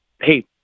hey